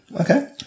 okay